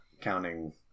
counting